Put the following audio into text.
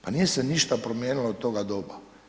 Pa nije se ništa promijenilo od toga doba.